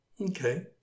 Okay